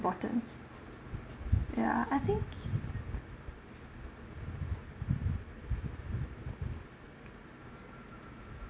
important ya I think